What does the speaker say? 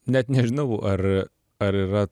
net nežinau ar ar yra